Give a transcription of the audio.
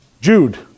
Jude